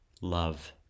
Love